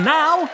now